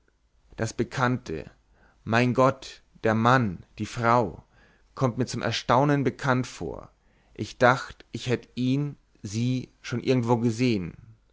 das bekannte mein gott der mann die frau kommt mir so zum erstaunen bekannt vor ich dächt ich hätt ihn sie schon irgendwo gesehen